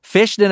Fish